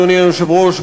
אדוני היושב-ראש,